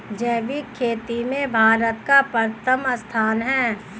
जैविक खेती में भारत का प्रथम स्थान है